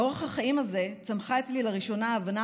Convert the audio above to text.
מאורח החיים הזה צמחה אצלי לראשונה ההבנה